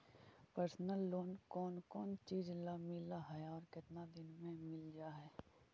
Personal loan कोन कोन चिज ल मिल है और केतना दिन में मिल जा है?